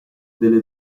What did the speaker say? delle